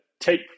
take